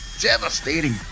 devastating